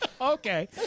okay